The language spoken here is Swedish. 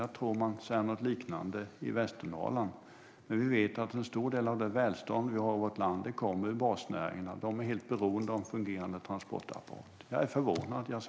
Jag tror att man säger något liknande i Västernorrland. En stor del av det välstånd vi har i vårt land kommer ur basnäringarna. Och de är helt beroende av en fungerande transportapparat. Jag är förvånad, Jasenko.